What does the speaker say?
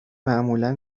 معمولا